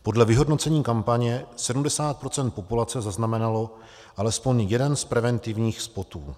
Podle vyhodnocení kampaně 70 % populace zaznamenalo alespoň jeden z preventivních spotů.